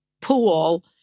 pool